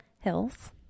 Hills